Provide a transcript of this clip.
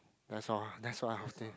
that's all ah that's all I would say